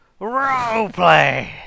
Roleplay